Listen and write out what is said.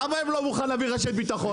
למה הוא לא מוכן להביא רשת ביטחון?